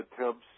attempts